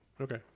Okay